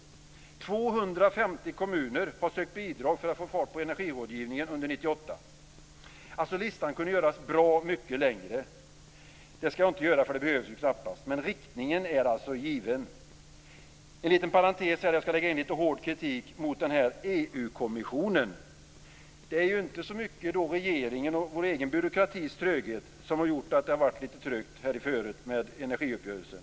· 250 kommuner har sökt bidrag få att få fart på energirådgivningen under 1998. Listan kunde göras bra mycket längre, men det behövs knappast. Men riktningen är given. En liten parentes: jag skall lägga in lite hård kritik mot EU-kommissionen. Det är inte så mycket regeringens och vår egen byråkratis tröghet som har gjort att det varit lite trögt med energiuppgörelsen.